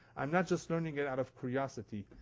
i'm not just learning it out of curiosity,